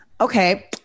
Okay